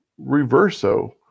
Reverso